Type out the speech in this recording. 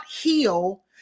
heal